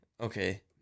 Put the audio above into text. okay